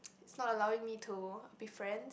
it's not allowing me to be friends